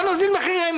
לא נוזיל מחירים.